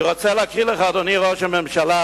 אני רוצה להקריא לך, אדוני ראש הממשלה,